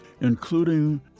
including